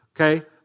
Okay